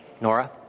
Nora